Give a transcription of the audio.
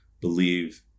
believe